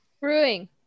Brewing